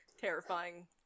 terrifying